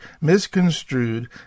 misconstrued